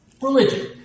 religion